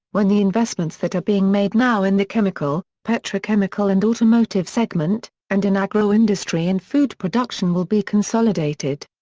when the investments that are being made now in the chemical, petrochemical and automotive segment, and in agroindustry and food production will be consolidated.